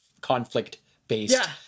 conflict-based